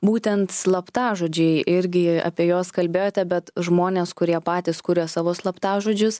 būtent slaptažodžiai irgi apie juos kalbėjote bet žmonės kurie patys kuria savo slaptažodžius